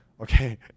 okay